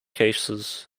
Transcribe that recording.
cases